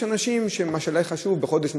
יש אנשים שלמשל היה להם חשוב בחודש מסוים,